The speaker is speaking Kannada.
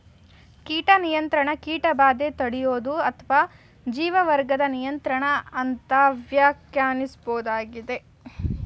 ಕೀಟ ನಿಯಂತ್ರಣ ಕೀಟಬಾಧೆ ತಡ್ಯೋದು ಅತ್ವ ಜೀವವರ್ಗದ್ ನಿಯಂತ್ರಣ ಅಂತ ವ್ಯಾಖ್ಯಾನಿಸ್ಬೋದಾಗಯ್ತೆ